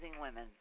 Women